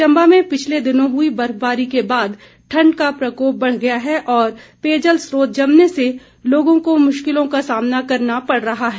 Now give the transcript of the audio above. चम्बा में पिछले दिनों हुई बर्फबारी के बाद ठंड का प्रकोप बढ़ गया है और पेयजल स्रोत जमने से लोगों को मुश्किलों का सामना करना पड़ रहा है